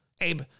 abe